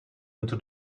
into